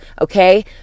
okay